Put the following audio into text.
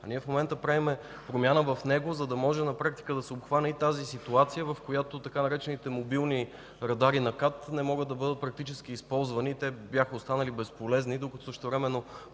А ние в момента правим промяна в него, за да може на практика да се обхване и тази ситуация, в която така наречените „мобилни радари” на КАТ не могат да бъдат практически използвани – те бяха останали безполезни, докато същевременно